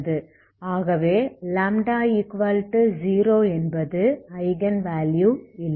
ஆகவே λ0 என்பது eigenvalue இல்லை